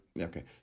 okay